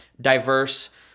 diverse